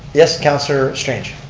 yes, councilor strange.